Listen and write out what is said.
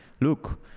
look